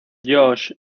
josh